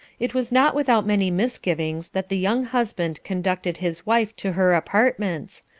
it was not without many misgivings that the young husband conducted his wife to her apartments,